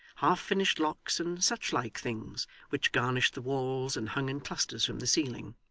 half-finished locks, and such like things, which garnished the walls and hung in clusters from the ceiling.